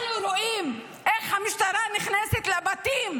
אנחנו רואים איך המשטרה נכנסת לבתים,